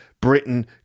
Britain